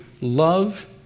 love